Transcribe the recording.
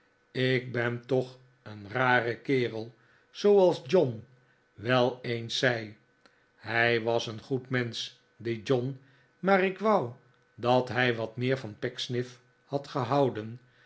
ik ben toch een rare kerel zooals john wel eens zei hij was een goed mensch die john maar ik wou dat hij wat meer van pecksniff had gehouden